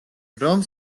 რომ